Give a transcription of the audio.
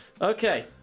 Okay